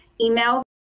emails